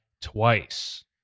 Twice